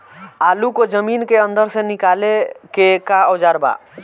आलू को जमीन के अंदर से निकाले के का औजार बा?